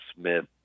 Smith